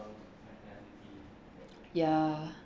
ya